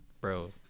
Bro